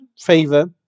favor